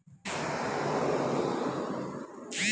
कर्जाची परत फेड करूक तारीख वाढवून देऊ शकतत काय?